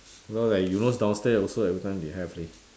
you know like you know downstairs also every time they have leh